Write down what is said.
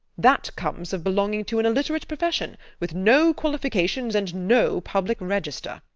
that comes of belonging to an illiterate profession, with no qualifications and no public register.